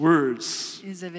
Words